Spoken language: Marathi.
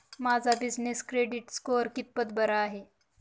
माझा बिजनेस क्रेडिट स्कोअर कितपत बरा आहे?